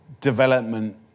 development